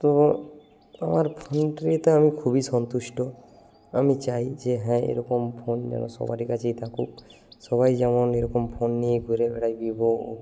তো আমার ফোনটি ত আমি খুবই সন্তুষ্ট আমি চাই যে হ্যাঁ এরকম ফোন যেন সবারই কাছেই থাকুক সবাই যেমন এরকম ফোন নিয়ে ঘুরে বেড়ায় ভিভো